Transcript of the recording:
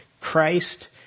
Christ